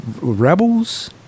Rebels